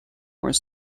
more